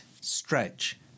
stretch